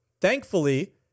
Thankfully